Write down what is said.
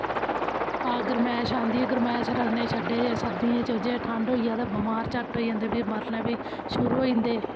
हां गरमैश आंदी ऐ गरमैश रक्खने शड्डें सर्दियें च जे ठंड होई जा ते बमार झट्ट होई जंदे फ्ही मरना बी शुरू होई जंदे